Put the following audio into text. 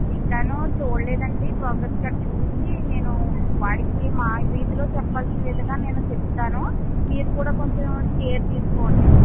ఇంకానూ చూడలేదండి progress card చూసి నేను వాడికి మా రీతిలో చెప్పాల్సిన విధంగా నేను చెప్తాను మీరు కూడా కొంచెం కేర్ తీసుకోండి